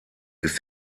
ist